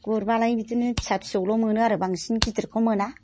गुरबालाय बिदिनो फिसा फिसौल' मोनो आरो बांसिन गिदिरखौ मोना